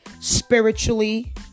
spiritually